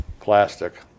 plastic